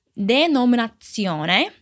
denominazione